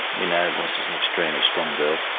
we know melissa's an extremely strong girl.